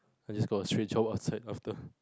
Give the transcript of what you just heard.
I just got a straight job outside after